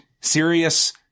serious